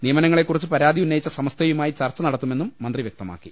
നിയമനങ്ങളെ കുറിച്ച് പരാതി ഉന്നയിച്ച സമസ്തയുമായി ചർച്ച നടത്തുമെന്നും മന്ത്രി വ്യക്തമാ ക്കി